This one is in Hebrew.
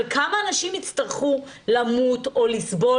אבל כמה אנשים יצטרכו למות או לסבול